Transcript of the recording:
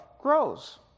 grows